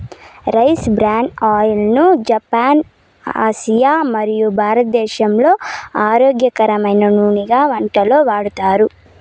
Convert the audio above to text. rice bran oil ను Japan, Asia మరియు భారతదేశంలో ఆరోగ్యకరమైన నూనెగా వంటలలో వాడతారు